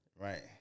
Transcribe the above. Right